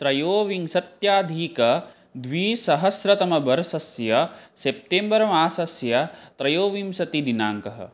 त्रयोविंशत्यधिकद्विसहस्रतमवर्षस्य सेप्तेम्बर्मासस्य त्रयोविंशतिदिनाङ्कः